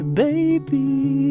baby